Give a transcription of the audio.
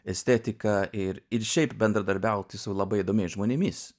estetika ir ir šiaip bendradarbiauti su labai įdomiais žmonėmis